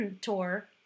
tour